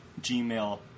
gmail